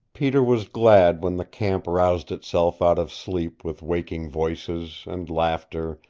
peter was glad when the camp roused itself out of sleep with waking voices, and laughter,